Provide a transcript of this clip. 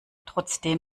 trotzdem